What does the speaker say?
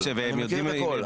אני מכיר את הכל.